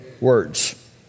words